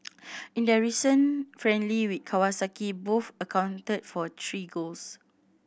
in their recent friendly with Kawasaki both accounted for three goals